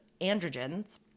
androgens